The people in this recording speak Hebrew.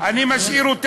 המדינה דואגת